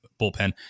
bullpen